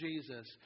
Jesus